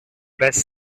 best